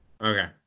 Okay